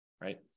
right